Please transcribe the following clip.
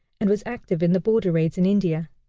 and was active in the border raids in india.